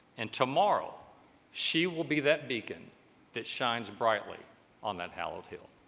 and tomorrow she will be that beacon that shines brightly on that hallowed hill